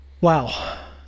Wow